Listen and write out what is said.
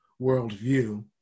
worldview